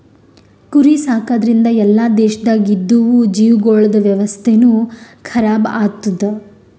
ಕುರಿ ಸಾಕದ್ರಿಂದ್ ಎಲ್ಲಾ ದೇಶದಾಗ್ ಇದ್ದಿವು ಜೀವಿಗೊಳ್ದ ವ್ಯವಸ್ಥೆನು ಖರಾಬ್ ಆತ್ತುದ್